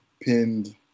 pinned